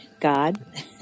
God